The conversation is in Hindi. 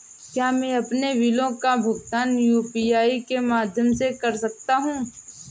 क्या मैं अपने बिलों का भुगतान यू.पी.आई के माध्यम से कर सकता हूँ?